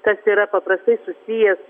kas yra paprastai susijęs